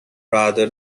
rather